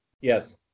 Yes